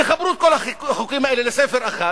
תחברו את כל החוקים האלה לספר אחד